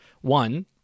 one